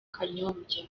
kanyombya